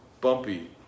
bumpy